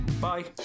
Bye